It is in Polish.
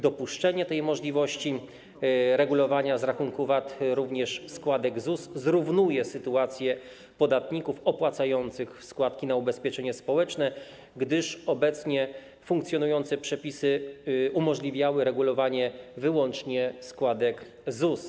Dopuszczenie możliwości regulowania z rachunku VAT również składek ZUS zrównuje sytuacje podatników opłacających składki na ubezpieczenie społeczne, gdyż obecnie funkcjonujące przepisy umożliwiały w takim przypadku regulowanie wyłącznie składek ZUS.